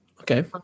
Okay